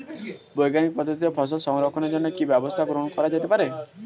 বৈজ্ঞানিক পদ্ধতিতে ফসল সংরক্ষণের জন্য কি ব্যবস্থা গ্রহণ করা যেতে পারে?